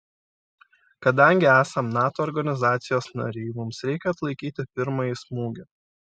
kadangi esam nato organizacijos nariai mums reikia atlaikyti pirmąjį smūgį